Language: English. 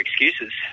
excuses